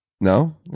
No